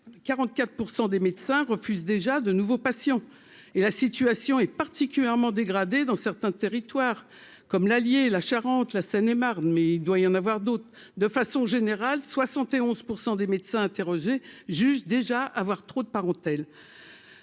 44 % des médecins refusent déjà de nouveaux patients et la situation est particulièrement dégradée dans certains territoires comme l'Allier La Charente, la Seine et Marne, mais il doit y en avoir d'autres, de façon générale, 71 % des médecins interrogés jugent déjà avoir trop de hôtel